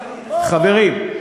חברים,